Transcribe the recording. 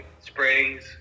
Springs